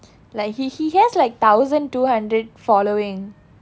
like he he has like thousand two hundred following